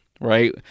Right